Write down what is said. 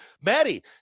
Maddie